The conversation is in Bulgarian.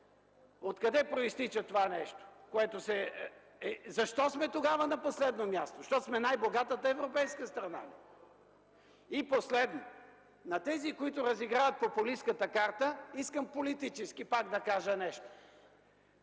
От къде произтича това нещо? Защо сме тогава на последно място, защото сме най-богата европейска страна ли? И последно – на тези, които разиграват популистката карта, искам политически пак да кажа нещо.